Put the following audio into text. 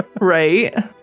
Right